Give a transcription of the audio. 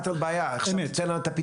אמת.